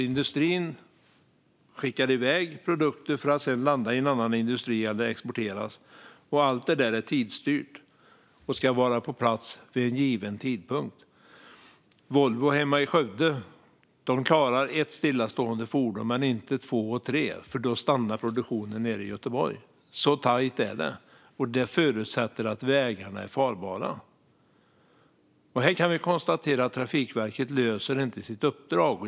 Industrin skickar iväg produkter som ska landa i en annan industri eller exporteras, och allt är tidsstyrt och ska vara på plats vid en given tidpunkt. Volvo hemma i Skövde klarar ett stillastående fordon men inte två eller tre, för då stannar produktionen nere i Göteborg. Så tajt är det, och det förutsätter att vägarna är farbara. Vi kan konstatera att Trafikverket inte löser sitt uppdrag.